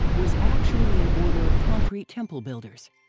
was actually an order of concrete temple builders.